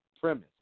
premise